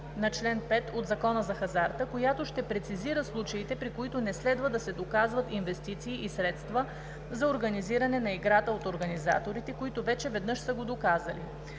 на чл. 5 от Закона за хазарта, която ще прецизира случаите, при които не следва да се доказват инвестиции и средства за организиране на играта от организаторите, които вече веднъж са го доказали.